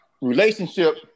Relationship